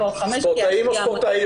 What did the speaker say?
או חמש --- ספורטאים או ספורטאיות.